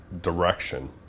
direction